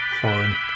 foreign